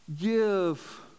give